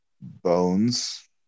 Bones